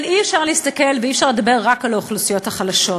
אבל אי-אפשר להסתכל ואי-אפשר לדבר רק על האוכלוסיות החלשות,